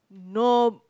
no